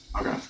Okay